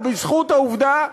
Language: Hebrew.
או בזכות העובדה,